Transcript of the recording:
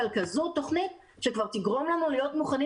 אבל כזו תוכנית שכבר תגרום לנו להיות מוכנים